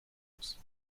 aus